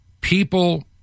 people